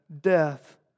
death